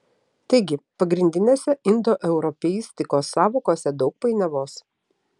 taigi pagrindinėse indoeuropeistikos sąvokose daug painiavos